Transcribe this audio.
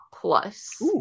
plus